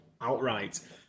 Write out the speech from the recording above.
outright